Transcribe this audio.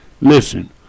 Listen